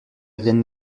aérienne